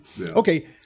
Okay